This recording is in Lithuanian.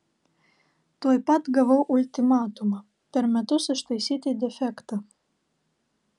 tuoj pat gavau ultimatumą per metus ištaisyti defektą